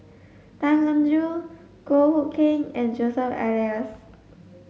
Tan Eng Joo Goh Hood Keng and Joseph Elias